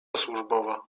służbowa